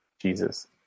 Jesus